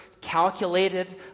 calculated